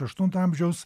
aštunto amžiaus